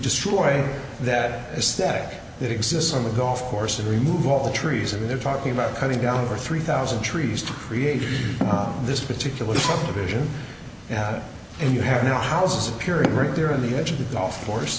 destroy that aesthetic that exists on the golf course and remove all the trees and they're talking about cutting down over three thousand trees to create this particular occasion you have and you have no houses appearing right there on the edge of the golf course